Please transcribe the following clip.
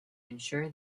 ensure